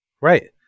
Right